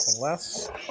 less